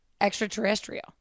extraterrestrial